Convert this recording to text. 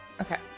okay